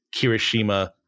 Kirishima